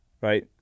right